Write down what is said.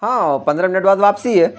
ہاں پندرہ منٹ بعد واپسی